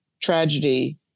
tragedy